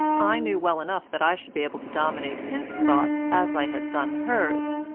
i knew well enough that i should be able to dominate his thoughts as i had done hers.